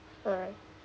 alright